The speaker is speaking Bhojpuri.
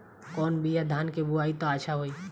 कौन बिया धान के बोआई त अच्छा होई?